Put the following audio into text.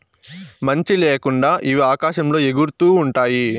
మంచి ల్యాకుండా ఇవి ఆకాశంలో ఎగురుతూ ఉంటాయి